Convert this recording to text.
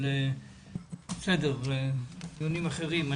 אבל, בסדר, דיונים אחרים.